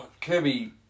Kirby